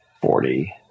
Forty